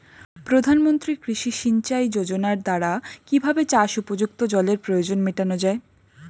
প্রধানমন্ত্রী কৃষি সিঞ্চাই যোজনার দ্বারা কিভাবে চাষ উপযুক্ত জলের প্রয়োজন মেটানো য়ায়?